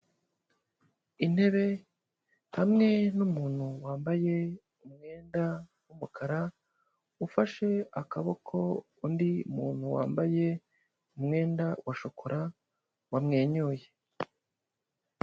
Intebe hamwe n'umuntu wambaye umwenda w'umukara, ufashe akaboko undi muntu wambaye umwenda wa shokora wamwenyuye.